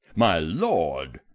my lord!